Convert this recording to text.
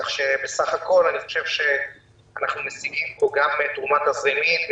כך שבסך הכול אנחנו משיגים פה גם תרומה תזרימית,